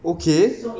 okay